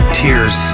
tears